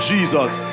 Jesus